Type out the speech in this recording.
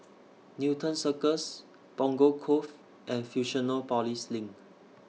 Newton Circus Punggol Cove and Fusionopolis LINK